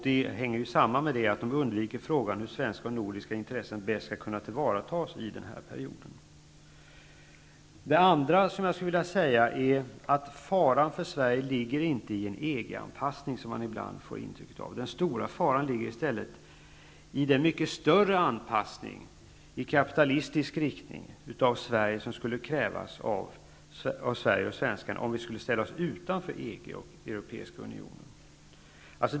Det hänger samman med att de undviker frågan om hur svenska och nordiska intressen bäst skall kunna tillvaratas under denna period. Det andra som jag skulle vilja säga är att faran för Sverige inte ligger i en EG-anpassning, vilket man ibland får intrycket av. Den stora faran ligger i stället i den mycket större anpassning, i kapitalistisk riktning, av Sverige som skulle krävas av Sverige och svenskarna om vi skulle ställa oss utanför EG och Europeiska unionen.